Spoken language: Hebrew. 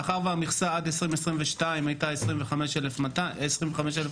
מאחר והמכסה עד שנת 2022 הייתה 25,200 עובדים,